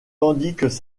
savoyarde